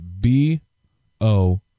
B-O